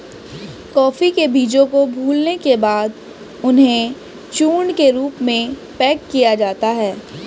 coffee के बीजों को भूलने के बाद उन्हें चूर्ण के रूप में पैक किया जाता है